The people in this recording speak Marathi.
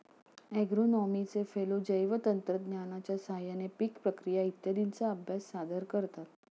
ॲग्रोनॉमीचे फेलो जैवतंत्रज्ञानाच्या साहाय्याने पीक प्रक्रिया इत्यादींचा अभ्यास सादर करतात